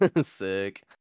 Sick